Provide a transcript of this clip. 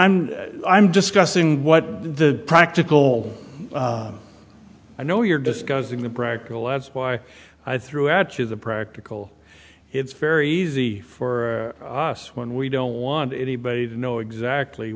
i'm i'm discussing what the practical i know you're discussing the practical let's why i threw out to the practical it's very easy for us when we don't want anybody to know exactly